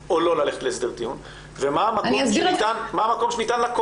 ולהוכיח יסוד נפשי של כוונה להמית הרבה פעמים קשה.